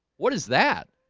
what is that